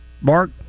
mark